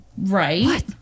right